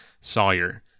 Sawyer